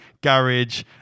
Garage